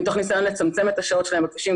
מתוך ניסיון לצמצם את השעות שלהם בכבישים,